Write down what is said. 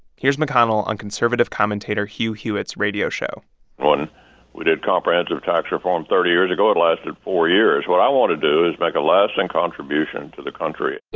here's mcconnell on conservative commentator hugh hewitt's radio show when we did comprehensive tax reform thirty years ago, it lasted four years. what i want to do is make a lasting contribution to the country